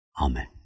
Amen